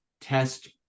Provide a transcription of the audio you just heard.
test